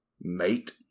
mate